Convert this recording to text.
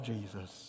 Jesus